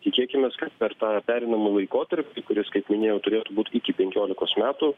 tikėkimės kad per tą pereinamąjį laikotarpį kuris kaip minėjau turėtų būt iki penkiolikos metų